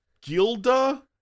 Gilda